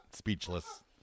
Speechless